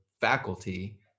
faculty